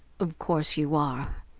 of course you are,